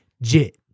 Jit